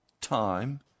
time